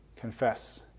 confess